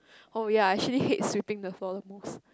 oh ya I actually hate sweeping the floor the most